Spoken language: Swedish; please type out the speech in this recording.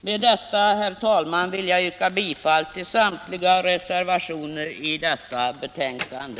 Med detta, herr talman, vill jag yrka bifall till samtliga reservationer till detta betänkande.